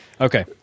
Okay